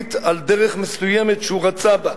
החליט על דרך מסוימת שהוא רצה בה.